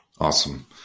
Awesome